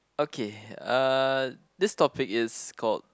okay uh this topic is called